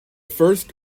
first